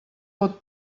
pot